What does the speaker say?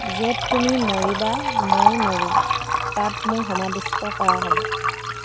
য'ত তুমি মৰিবা মই মৰিম তাত মোক সমাধিস্থ কৰা হ'ব